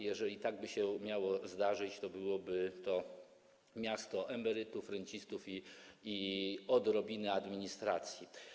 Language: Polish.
Jeżeli tak by się miało zdarzyć, to byłoby to miasto emerytów, rencistów i odrobinę administracji.